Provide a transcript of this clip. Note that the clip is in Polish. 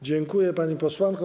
Dziękuję, pani posłanko.